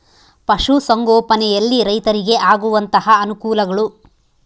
ಪಶುಸಂಗೋಪನೆಯಲ್ಲಿ ರೈತರಿಗೆ ಆಗುವಂತಹ ಅನುಕೂಲಗಳು?